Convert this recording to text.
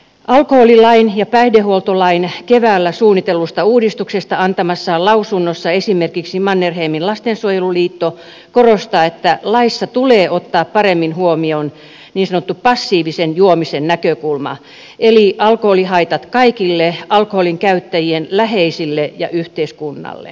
alkoholilain ja päihdehuoltolain keväällä suunnitellusta uudistuksesta antamassaan lausunnossa esimerkiksi mannerheimin lastensuojeluliitto korostaa että laissa tulee ottaa paremmin huomioon niin sanottu passiivisen juomisen näkökulma eli alkoholihaitat kaikille alkoholinkäyttäjien läheisille ja yhteiskunnalle